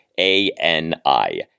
A-N-I